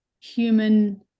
human